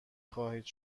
خواهید